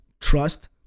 Trust